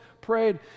prayed